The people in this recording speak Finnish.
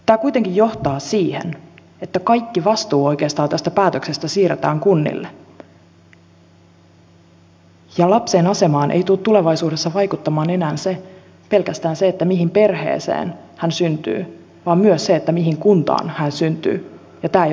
tämä kuitenkin johtaa siihen että kaikki vastuu oikeastaan tästä päätöksestä siirretään kunnille ja lapsen asemaan ei tule tulevaisuudessa vaikuttamaan enää se pelkästään se mihin perheeseen hän syntyy vaan myös se mihin kuntaan hän syntyy ja tämä ei ole oikein